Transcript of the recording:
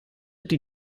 die